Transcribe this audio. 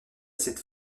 cette